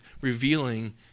revealing